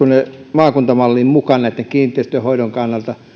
maakuntamalliin mukaan näitten kiinteistöjen hoidon kannalta